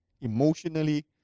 emotionally